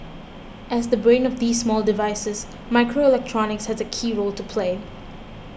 as the brain of these small devices microelectronics has a key role to play